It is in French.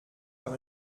par